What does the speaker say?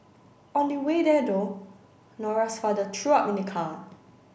on the way there though Nora's father threw up in the car